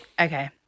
Okay